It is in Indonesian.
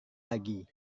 lagi